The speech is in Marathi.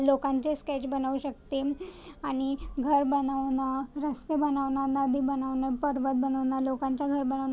लोकांचे स्केच बनवू शकते आणि घर बनवणं रस्ते बनवणं नदी बनवणं पर्वत बनवणं लोकांचं घर बनवणं